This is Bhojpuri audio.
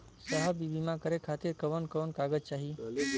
साहब इ बीमा करें खातिर कवन कवन कागज चाही?